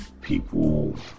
people